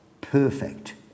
Perfect